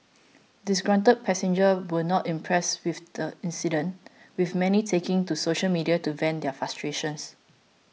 disgruntled passengers were not impressed with the incident with many taking to social media to vent their frustrations